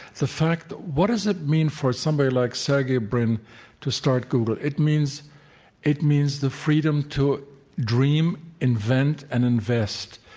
the fact, what does it mean for somebody like sergey bryn to start google? it means it means the freedom to dream, invent, and invest.